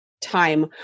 time